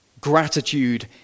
gratitude